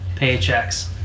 paychecks